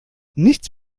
nichts